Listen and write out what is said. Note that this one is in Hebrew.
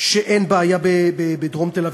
שאין בעיה בדרום תל-אביב,